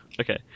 Okay